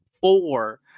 four